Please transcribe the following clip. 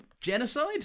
genocide